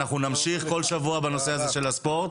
אנחנו נמשיך כל שבוע בדיון הזה של הספורט,